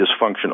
dysfunctional